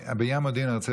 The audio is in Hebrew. בעניין מודיעין עילית,